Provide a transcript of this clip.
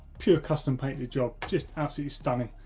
pure custom painted job, just absolutely stunning.